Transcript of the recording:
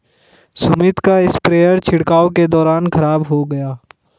सुमित का स्प्रेयर छिड़काव के दौरान खराब हो गया